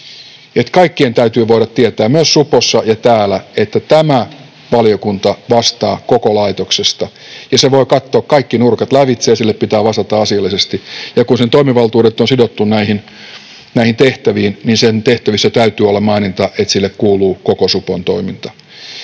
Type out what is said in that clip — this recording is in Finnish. Eli kaikkien täytyy voida tietää, myös supossa ja täällä, että tämä valiokunta vastaa koko laitoksesta ja se voi katsoa kaikki nurkat lävitse ja sille pitää vastata asiallisesti. Ja kun sen toimivaltuudet on sidottu näihin tehtäviin, niin sen tehtävissä täytyy olla maininta, että sille kuuluu koko supon toiminta.